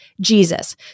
Jesus